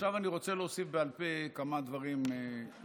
עכשיו אני רוצה להוסיף בעל פה כמה דברים לך,